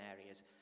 areas